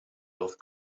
both